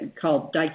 called